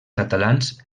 catalans